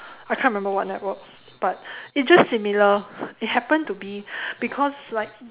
I can't remember what network but it's just similar it happen to be because like